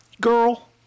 Girl